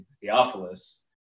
Theophilus